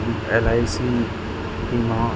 LIC बीमा